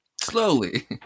slowly